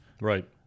right